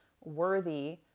worthy